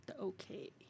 Okay